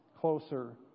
closer